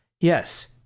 yes